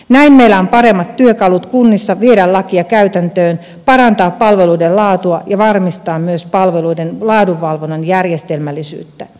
näin meillä on paremmat työkalut kunnissa viedä lakia käytäntöön parantaa palveluiden laatua ja varmistaa myös palveluiden laadunvalvonnan järjestelmällisyyttä